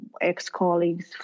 ex-colleagues